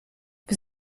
wir